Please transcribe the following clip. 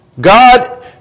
God